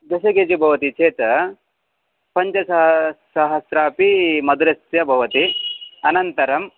दश के जि भवति चेत् पञ्चसहस्रमपि मधुरस्य भवति अनन्तरं